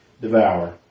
devour